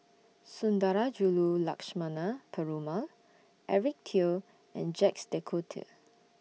Sundarajulu Lakshmana Perumal Eric Teo and Jacques De Coutre